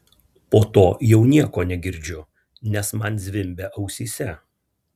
po to jau nieko negirdžiu nes man zvimbia ausyse